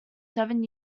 seven